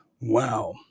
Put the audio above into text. Wow